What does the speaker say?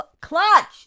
Clutch